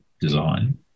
design